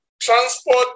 transport